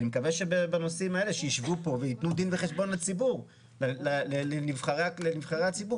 אני מקווה שבנושאים האלה שישבו פה ויתנו דין וחשבון לנבחרי הציבור